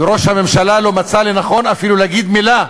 וראש הממשלה לא מצא לנכון אפילו להגיד מילה